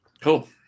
Cool